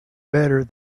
better